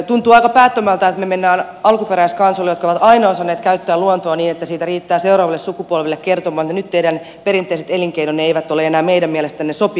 tuntuu aika päättömältä että me menemme alkuperäiskansoille jotka ovat aina osanneet käyttää luontoa niin että siitä riittää seuraaville sukupolville kertomaan että nyt teidän perinteiset elinkeinonne eivät ole enää meidän mielestämme sopivia